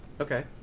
Okay